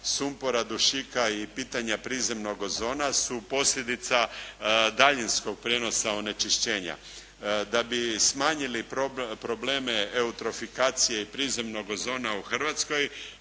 sumpora, dušika i pitanje prizemnog ozona su posljedica daljinskog prijenosa onečišćenja. Da bi smanjili probleme eurofikacije i prizemnog ozona u Hrvatskoj